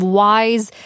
wise